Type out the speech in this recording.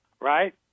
right